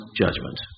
judgment